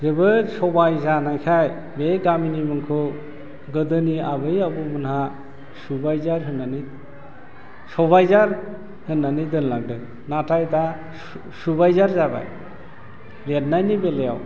जोबोद सबाइ जानायखाय बे गामिनि मुंखौ गोदोनि आबै आबौमोनहा सुबाइजार होननानै सबाइजार होननानै दोनलांदों नाथाय दा सुबाइजार जाबाय लिरनायनि बेलायाव